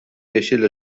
yeşil